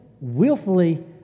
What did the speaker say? willfully